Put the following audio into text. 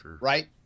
right